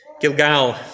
Gilgal